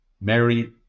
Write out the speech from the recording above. Mary